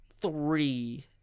three